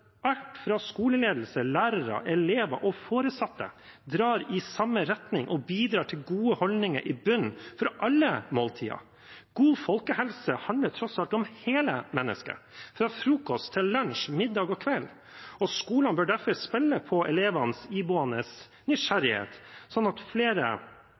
fra skoleledelse og lærere til elever og foresatte, drar i samme retning og bidrar til gode holdninger i bunnen for alle måltider. God folkehelse handler tross alt om hele mennesket – fra frokost til lunsj, middag og kvelds – og skolene bør derfor spille på elevenes iboende nysgjerrighet, slik at flere